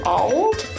old